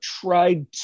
tried